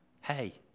Hey